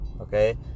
okay